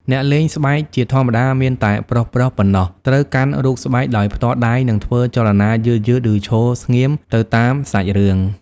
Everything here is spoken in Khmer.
អ្នកលេងស្បែកជាធម្មតាមានតែប្រុសៗប៉ុណ្ណោះ ត្រូវកាន់រូបស្បែកដោយផ្ទាល់ដៃ និងធ្វើចលនាយឺតៗ ឬឈរស្ងៀមទៅតាមសាច់រឿង ។